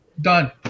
Done